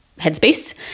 headspace